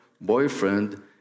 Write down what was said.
boyfriend